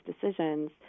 decisions